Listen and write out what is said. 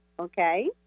okay